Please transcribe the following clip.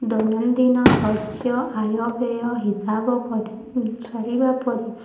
ଦୈନଦିନ ଖର୍ଚ୍ଚ ଆୟ ବେୟ ହିସାବ ସରିବା ପରେ